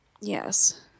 Yes